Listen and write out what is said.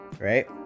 right